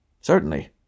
Certainly